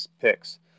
picks